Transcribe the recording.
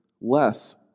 less